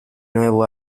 nuevo